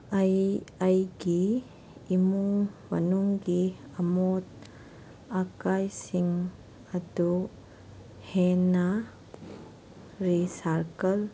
ꯑꯩ ꯑꯩꯒꯤ ꯏꯃꯨꯡ ꯃꯅꯨꯡꯒꯤ ꯑꯃꯣꯠ ꯑꯀꯥꯏꯁꯤꯡ ꯑꯗꯨ ꯍꯦꯟꯅ ꯔꯤꯁꯥꯏꯀꯜ